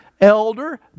elder